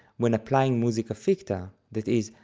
when applying musica ficta, that is,